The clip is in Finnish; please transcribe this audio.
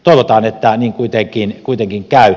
toivotaan että niin kuitenkin käy